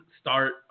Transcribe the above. start